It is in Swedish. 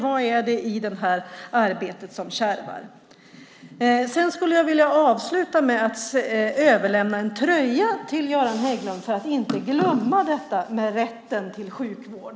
Vad är det i det här arbetet som kärvar? Jag skulle vilja avsluta med att överlämna en tröja till Göran Hägglund som gör att han inte glömmer rätten till sjukvård.